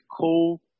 cool